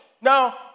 Now